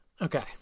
Okay